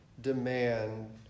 demand